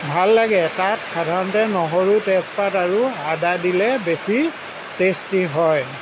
ভাল লাগে তাত সাধাৰণতে নহৰু তেজপাত আৰু আদা দিলে বেছি টেষ্টি হয়